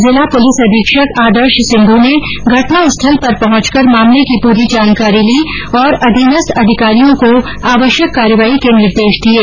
जिला पुलिस अधीक्षक आदर्श सिंध् ने घटनास्थल पर पहंचकर मामले की पूरी जानकारी ली और अधीनस्थ अधिकारियों को आवश्यक कार्रवाई के निर्देश दिये